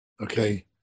Okay